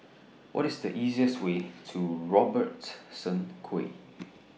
What IS The easiest Way to Robertson Quay